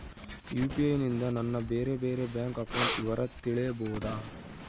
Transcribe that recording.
UPI ನಿಂದ ನನ್ನ ಬೇರೆ ಬೇರೆ ಬ್ಯಾಂಕ್ ಅಕೌಂಟ್ ವಿವರ ತಿಳೇಬೋದ?